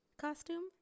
costume